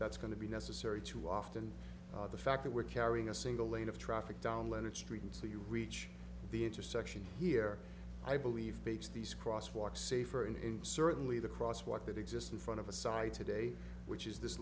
that's going to be necessary to often the fact that we're carrying a single lane of traffic down leonard street and so you reach the intersection here i believe these cross walk safer and certainly the crosswalk that exist in front of a side today which is this